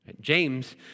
James